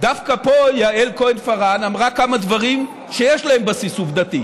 דווקא פה יעל כהן-פארן אמרה כמה דברים שיש להם בסיס עובדתי,